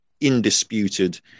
indisputed